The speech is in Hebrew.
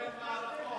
אתה יודע לנהל מערכות.